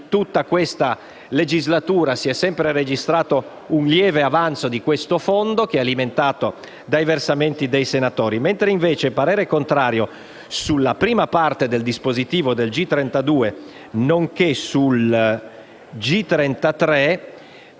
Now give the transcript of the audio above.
in tutta questa legislatura si è sempre registrato un lieve avanzo di questo fondo, che è alimentato dai versamenti dei senatori. Il parere è invece contrario sulla prima parte dell'ordine del giorno G32,